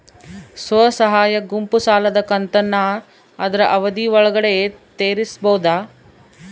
ಸ್ವಸಹಾಯ ಗುಂಪು ಸಾಲದ ಕಂತನ್ನ ಆದ್ರ ಅವಧಿ ಒಳ್ಗಡೆ ತೇರಿಸಬೋದ?